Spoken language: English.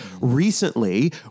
Recently